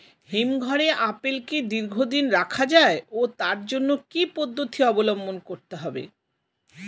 হিমঘরে আপেল কি দীর্ঘদিন রাখা যায় ও তার জন্য কি কি পদ্ধতি অবলম্বন করতে হবে?